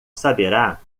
saberá